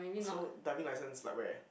so diving license like where